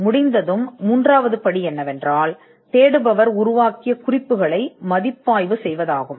தேடல் முடிந்ததும் மூன்றாவது படி தேடுபவர் உருவாக்கிய குறிப்புகளை மதிப்பாய்வு செய்வதாகும்